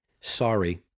Sorry